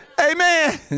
Amen